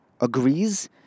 agrees